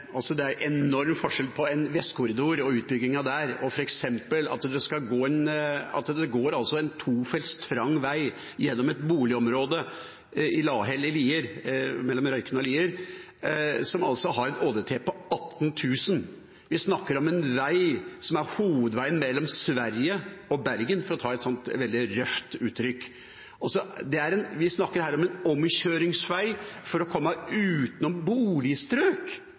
altså gjennom landbruksbygda Lier, skal det gå en firefelts motorvei. Kva er grunnen til det? Dette er det vel ikke vanskelig å svare på. Jeg tror representanten Jegstad også vet svaret. Det er enorm forskjell på Vestkorridoren og utbyggingen der og at det skal gå en tofelts trang vei gjennom et boligområde i Lahell i Lier, mellom Røyken og Lier, som har en ÅDT på 18 000. Vi snakker altså om hovedveien mellom Sverige og Bergen, for å si det veldig røft. Vi snakker her om en omkjøringsvei for å